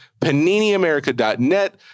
paniniamerica.net